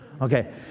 Okay